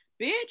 Bitch